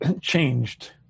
changed